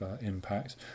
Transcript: impact